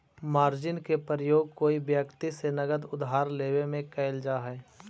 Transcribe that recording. margin के प्रयोग कोई व्यक्ति से नगद उधार लेवे में कैल जा हई